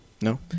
no